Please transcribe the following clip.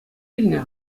илнӗ